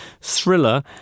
thriller